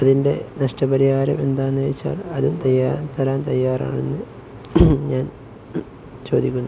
അതിൻ്റെ നഷ്ടപരിഹാരം എന്താണെന്നുവെച്ചാൽ അതും തരാൻ തയ്യാറാണെന്ന് ഞാൻ ചോദിക്കുന്നു